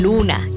Luna